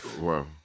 Wow